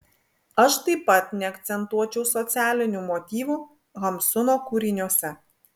aš taip pat neakcentuočiau socialinių motyvų hamsuno kūriniuose